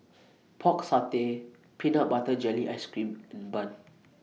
Pork Satay Peanut Butter Jelly Ice Cream and Bun